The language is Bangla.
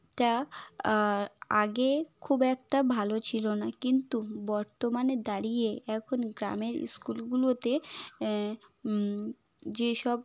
একটা আগে খুব একটা ভালো ছিলো না কিন্তু বর্তমানে দাঁড়িয়ে এখন গ্রামের স্কুলগুলোতে যেসব